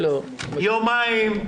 כלומר יומיים.